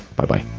bye bye